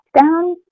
down